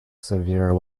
severe